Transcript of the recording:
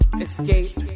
escape